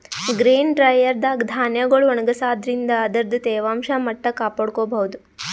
grain dryer ದಾಗ್ ಧಾನ್ಯಗೊಳ್ ಒಣಗಸಾದ್ರಿನ್ದ ಅದರ್ದ್ ತೇವಾಂಶ ಮಟ್ಟ್ ಕಾಪಾಡ್ಕೊಭೌದು